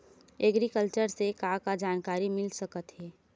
Agriculture से का का जानकारी मिल सकत हे?